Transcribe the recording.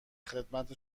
خدمت